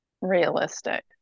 realistic